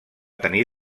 tenir